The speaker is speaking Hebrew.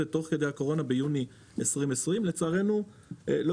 תוך כדי הקורונה ביוני 2020. לצערנו,